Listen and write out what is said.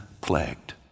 plagued